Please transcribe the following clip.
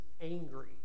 angry